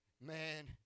Man